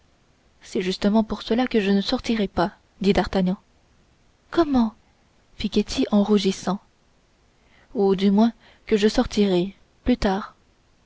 c'est justement pour cela que je ne sortirai pas dit d'artagnan comment fit ketty en rougissant ou du moins que je sortirai plus tard